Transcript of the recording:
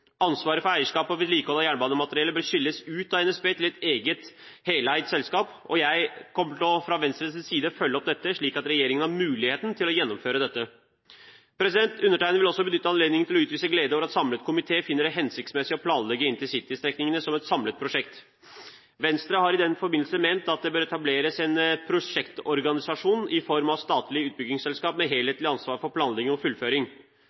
Ansvaret for eierskap og vedlikehold av jernbanemateriellet bør skilles ut fra NSB og til et eget, statlig heleid selskap. Jeg vil fra Venstres side følge opp dette, slik at regjeringen har mulighet til å gjennomføre det. Undertegnede vil også benytte anledningen til å utvise glede over at en samlet komité finner det hensiktsmessig å planlegge intercitystrekningene som ett samlet prosjekt. Venstre har i den forbindelse ment at det bør etableres en prosjektorganisasjon i form av et statlig utbyggingsselskap med helhetlig ansvar for planlegging og fullføring.